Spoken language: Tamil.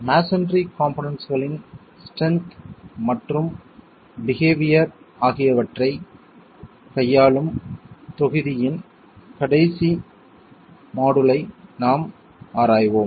மஸோன்றி காம்போனென்ட்களின் ஸ்ட்ரென்த் மற்றும் பிஹேவியர் ஆகியவற்றைக் கையாளும் தொகுதியின் கடைசிப் மாடுல் ஐ நாம் ஆராய்வோம்